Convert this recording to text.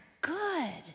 good